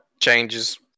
Changes